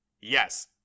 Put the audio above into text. Yes